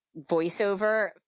voiceover